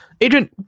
Adrian